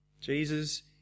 Jesus